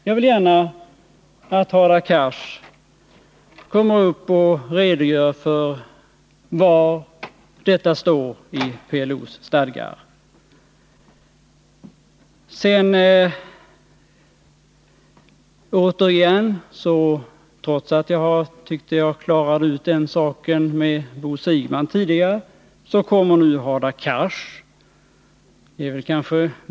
Jag vill gärna att Hadar Cars kommer upp i talarstolen och redogör för var i PLO:s stadgar detta står. Trots att jag tyckte att jag i debatten med Bo Siegbahn klarade ut att jag inte uttrycker PLO:s ställningstaganden, kommer nu Hadar Cars med samma påstående.